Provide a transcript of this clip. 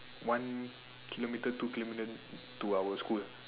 one kilometre two kilometre to our school